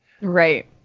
Right